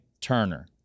Turner